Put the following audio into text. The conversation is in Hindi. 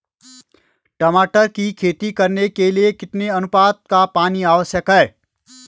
टमाटर की खेती करने के लिए कितने अनुपात का पानी आवश्यक है?